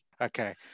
okay